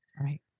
right